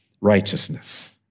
righteousness